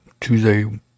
tuesday